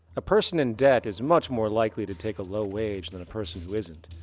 a person in debt is much more likely to take a low wage than a person who isn't,